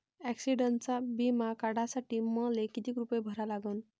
ॲक्सिडंटचा बिमा काढा साठी मले किती रूपे भरा लागन?